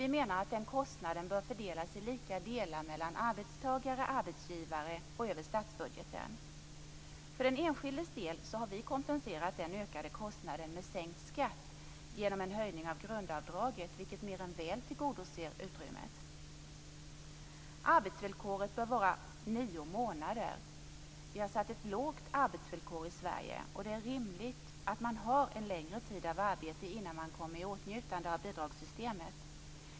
Vi menar att den kostnaden bör fördelas i lika delar mellan arbetstagare, arbetsgivare och över statsbudgeten. För den enskildes del har vi kompenserat den ökade kostnaden med sänkt skatt med hjälp av en höjning av grundavdraget, vilket mer än väl tillgodoser utrymmet. Arbetsvillkoret bör vara nio månader. Vi har ett lågt arbetsvillkor i Sverige. Det är rimligt att vara en längre tid i arbete innan man kan komma i åtnjutande av bidragssystemet.